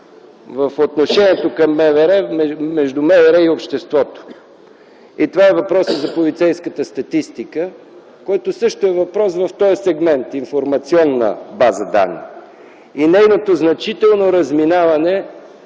в отношенията между МВР и обществото. Това е въпросът за полицейската статистика, който въпрос е в сегмента „информационната база данни” и нейното значително разминаване